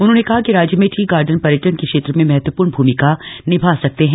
उन्होंने कहा कि राज्य में टी गार्डन पर्यटन के क्षेत्र में महत्वपूर्ण भूमिका निभा सकते हैं